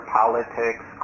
politics